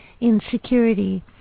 insecurity